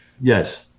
Yes